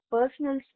Personal